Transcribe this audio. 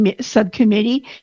Subcommittee